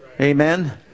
amen